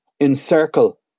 encircle